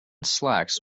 slacks